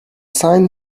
sign